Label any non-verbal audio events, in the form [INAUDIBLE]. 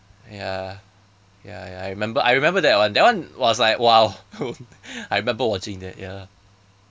ya ya ya I remember I remember that one that one was like !wow! [LAUGHS] I remember watching that ya